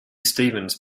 stephens